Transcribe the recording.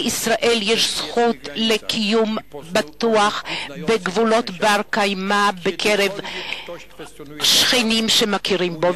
לישראל יש זכות לקיום בטוח בגבולות בני-קיימא בקרב שכנים שמכירים בה,